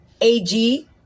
AG